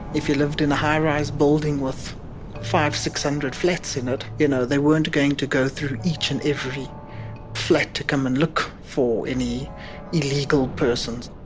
if you lived in a high rise building with five hundred, six hundred flats in it, you know they weren't going to go through each and every flat to come and look for any illegal persons.